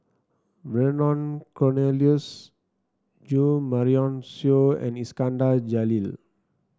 Vernon Cornelius Jo Marion Seow and Iskandar Jalil